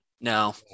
No